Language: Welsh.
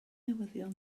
newyddion